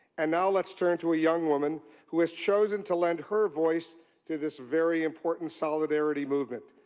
and now let's turn to a young woman who has chosen to lend her voice to this very important solidarity movement.